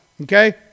okay